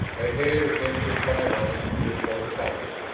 ahead against the skyline stood both coyotes.